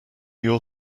your